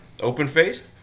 Open-faced